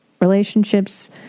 relationships